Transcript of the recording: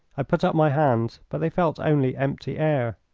i put up my hands, but they felt only empty air.